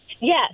Yes